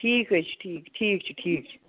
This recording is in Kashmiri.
ٹھیٖک حظ چھُ ٹھیٖک ٹھیٖک چھُ ٹھیٖک چھُ